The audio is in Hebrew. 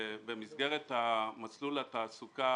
במסגרת מסלול התעסוקה,